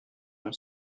long